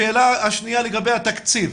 השאלה השנייה לגבי התקציב.